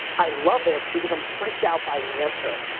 i love it because i'm freaked out by the answer.